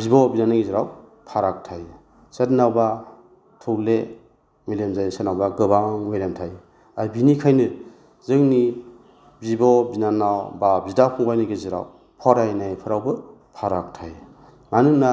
बिब' बिनानावनि गेजेराव फाराग थायो सोरनावबा थौले मेलेम जायो सोरनावबा गोबां मेलेम थायो आर बिनिखायनो जोंनि बिब' बिनानाव बा बिदा फंबायनि गेजेराव फरायनायफोरावबो फाराग थायो मानोना